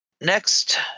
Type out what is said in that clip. Next